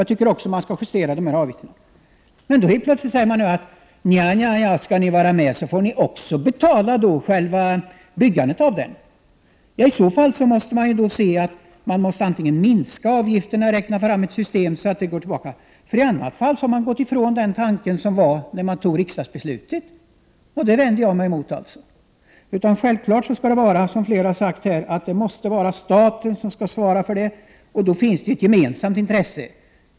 Avgifterna bör också justeras. Plötsligt sägs att den som vill vara med och köra också får ta en del av kostnaden för byggande av banan. I så fall måste avgifterna minska — i annat fall har man frångått den tanke som riksdagsbeslutet byggde på. Jag vänder mig mot detta. Självfallet skall staten svara för banbyggandet, som sagt. Det finns alltså ett gemensamt intresse för detta.